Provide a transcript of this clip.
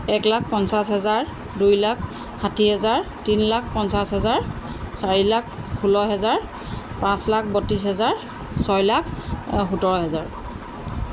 এক লাখ পঞ্চাছ হেজাৰ দুই লাখ ষাঠি হেজাৰ তিনি লাখ পঞ্চাছ হেজাৰ চাৰি লাখ ষোল্ল হেজাৰ পাঁচ লাখ বত্ৰিছ হেজাৰ ছয় লাখ সোতৰ হেজাৰ